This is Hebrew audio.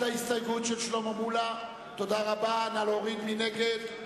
ההסתייגויות של קבוצת סיעת בל"ד לסעיף 05,